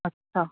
अच्छा